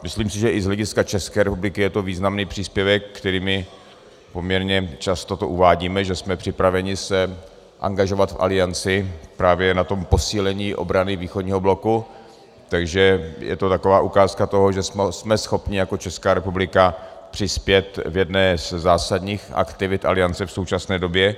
Myslím si, že i z hlediska České republiky je to významný příspěvek, kterým, poměrně často to uvádíme, že jsme připraveni se angažovat v Alianci právě na tom posílení obrany východního bloku, takže je to taková ukázka toho, že jsme schopni jako Česká republika přispět k jedné ze zásadních aktivit Aliance v současné době.